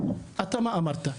אתה אמרת,